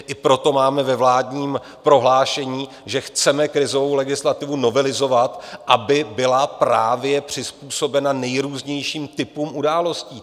I proto máme ve vládním prohlášení, že chceme krizovou legislativu novelizovat, aby byla právě přizpůsobena nejrůznějším typům událostí.